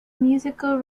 musical